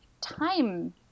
time